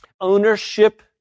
ownership